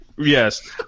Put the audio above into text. Yes